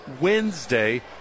wednesday